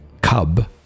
cub